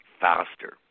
faster